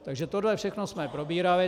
Takže tohle všechno jsme probírali.